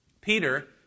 Peter